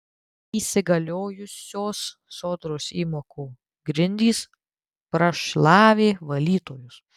įsigaliojusios sodros įmokų grindys prašlavė valytojus